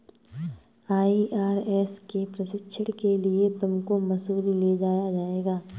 IRS के प्रशिक्षण के लिए तुमको मसूरी ले जाया जाएगा